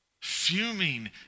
fuming